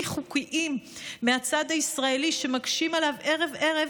חוקיים מהצד הישראלי שמקשים עליו ערב-ערב,